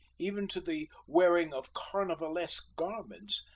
even to the wearing of carnivalesque garments,